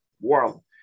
world